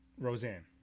Roseanne